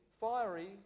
fiery